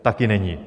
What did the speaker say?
Taky není.